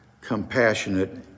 compassionate